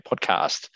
podcast